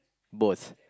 both